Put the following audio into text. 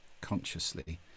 consciously